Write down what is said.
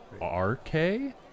R-K